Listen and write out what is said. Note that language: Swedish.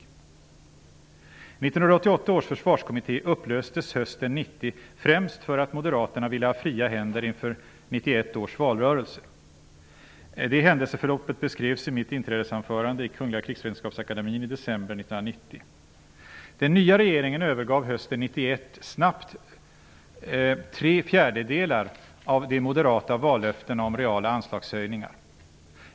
1988 års försvarskommitté upplöstes hösten 1990, främst för att Moderaterna ville ha fria händer inför 1991 års valrörelse. Det händelseförloppet beskrevs i mitt inträdesanförande i Kungl. Krigsvetenskapsakademien i december 1990. Den nya regeringen övergav hösten 1991 snabbt tre fjärdedelar av de moderata vallöftena om reala anslagshöjningar.